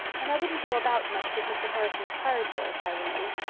and i wouldn't go about much with mr. harrison's hired boy if i were you.